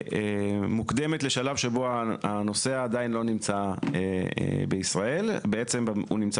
מוקדמת לשלב שבו הנוסע עדיין לא נמצא בישראל אלא נמצא